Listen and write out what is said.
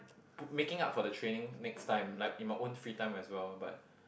put making up for the training next time like in my own free time as well but